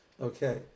Okay